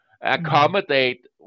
accommodate